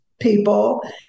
people